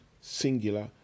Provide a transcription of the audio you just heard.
singular